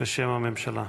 בשם הממשלה.